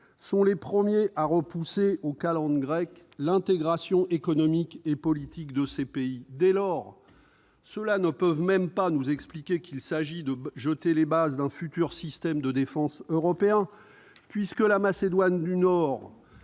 sont les premiers à repousser aux calendes grecques l'intégration économique et politique de ces pays. Dès lors, ils ne peuvent même pas nous expliquer qu'il s'agit de jeter les bases d'un futur de système de défense européen, puisque la Macédoine du Nord